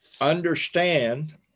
understand